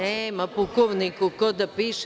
Nema pukovniku ko da piše.